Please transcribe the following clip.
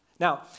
Now